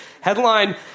Headline